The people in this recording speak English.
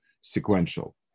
sequential